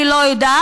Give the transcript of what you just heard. אני לא יודעת.